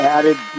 Added